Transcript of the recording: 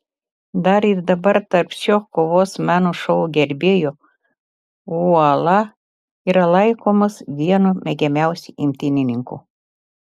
dar ir dabar tarp šio kovos meno šou gerbėjų uola yra laikomas vienu mėgiamiausiu imtynininku